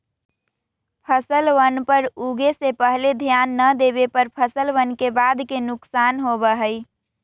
फसलवन पर उगे से पहले ध्यान ना देवे पर फसलवन के बाद के नुकसान होबा हई